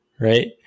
right